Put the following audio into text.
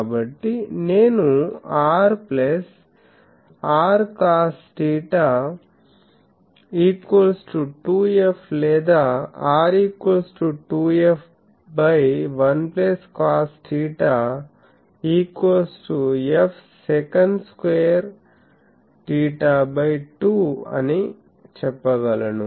కాబట్టి నేను r r cos 𝚹 2 f లేదా r 2 f 1 cos 𝚹 f sec2 𝚹2 అని చెప్పగలను